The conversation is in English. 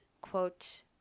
quote